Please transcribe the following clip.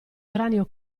cranio